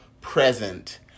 present